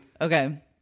Okay